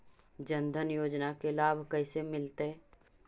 जन धान योजना के लाभ कैसे मिलतै?